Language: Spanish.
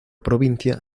provincia